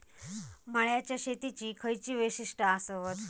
मळ्याच्या शेतीची खयची वैशिष्ठ आसत?